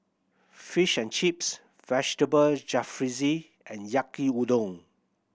Fish and Chips Vegetable Jalfrezi and Yaki Udon